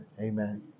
Amen